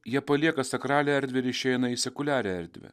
jie palieka sakralią erdvę ir išeina į sekuliarią erdvę